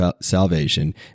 salvation